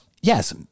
Yes